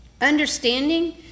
Understanding